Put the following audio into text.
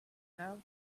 now